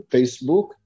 Facebook